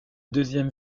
deuxième